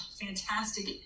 fantastic